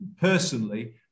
personally